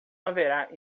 haverá